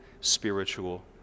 spiritual